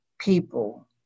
people